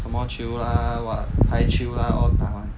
什么球 lah !wah! 排球 lah all 打 mah